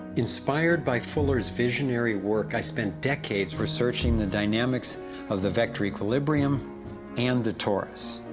inspired by fuller's visionary work, i spent decades for searching the dynamics of the vector equilibrium and the torus.